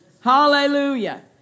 Hallelujah